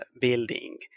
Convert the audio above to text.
building